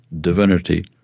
divinity